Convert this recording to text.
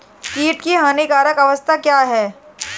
कीट की हानिकारक अवस्था क्या है?